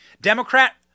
Democrat